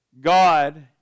God